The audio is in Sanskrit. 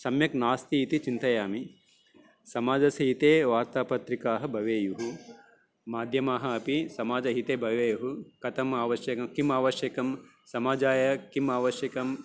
सम्यक् नास्ति इति चिन्तयामि समाजस्य हिते वार्तापत्रिकाः भवेयुः माध्यमाः अपि समाजहिताय भवेयुः कथम् आवश्यक किम् आवश्यकं समाजाय किम् आवश्यकं